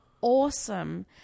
awesome